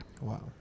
Wow